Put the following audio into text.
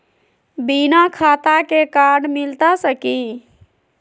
बिना खाता के कार्ड मिलता सकी?